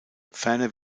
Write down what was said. ferner